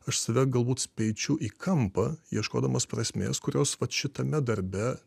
aš save galbūt speičiu į kampą ieškodamas prasmės kurios vat šitame darbe